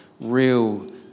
real